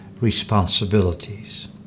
responsibilities